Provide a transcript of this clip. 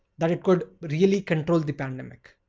that it could really control the pandemic.